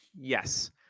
Yes